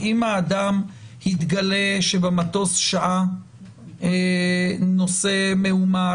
אם התגלה שבמטוס שהה נוסע מאומת,